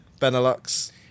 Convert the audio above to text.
Benelux